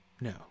No